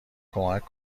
کمک